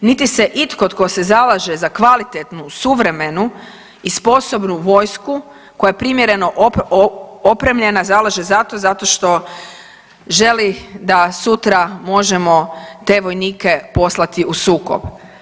Niti se itko to se zalaže za kvalitetnu, suvremenu i sposobnu vojsku koja je primjereno opremljena zalaže za to, zato što želi da sutra možemo te vojnike poslati u sukob.